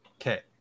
okay